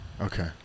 Okay